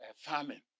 famine